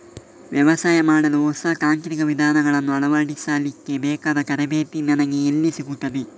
ವ್ಯವಸಾಯ ಮಾಡಲು ಹೊಸ ತಾಂತ್ರಿಕ ವಿಧಾನಗಳನ್ನು ಅಳವಡಿಸಲಿಕ್ಕೆ ಬೇಕಾದ ತರಬೇತಿ ನನಗೆ ಎಲ್ಲಿ ಸಿಗುತ್ತದೆ?